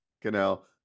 Canal